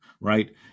right